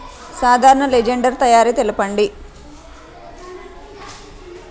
సాధారణ లెడ్జెర్ తయారి తెలుపండి?